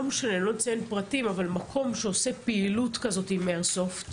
לא משנה אני לא אציין פרטים אבל זה מקום שעושה פעילות כזאת עם איירסופט,